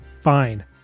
Fine